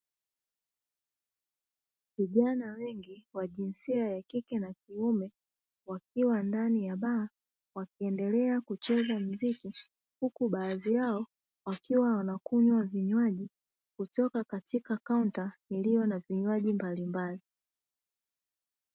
Vijana vijana wengi wa jinsia ya kike na kiume wakiwa ndani ya baa wakiendelea kucheza muziki. Huku baadhi yao wakiwa wanakunywa vinywaji, kutoka katika kaunta iliyo na vinywaji mbalimbali.